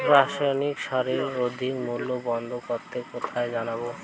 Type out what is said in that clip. রাসায়নিক সারের অধিক মূল্য বন্ধ করতে কোথায় জানাবো?